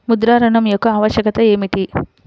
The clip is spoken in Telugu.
ముద్ర ఋణం యొక్క ఆవశ్యకత ఏమిటీ?